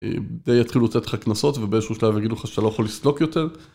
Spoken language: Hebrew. זה יתחיל לצאת לך קנסות ובאיזשהו שלב יגידו לך שלא יכול לסדוק יותר.